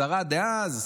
השרה דאז,